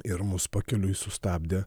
ir mus pakeliui sustabdė